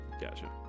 Gotcha